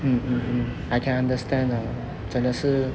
mm mm mm I can understand ah 真的是